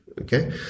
Okay